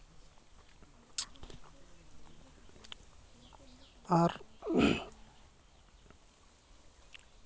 ᱟᱨ